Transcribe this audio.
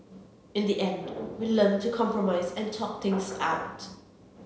in the end we learnt to compromise and talk things out